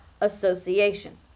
Association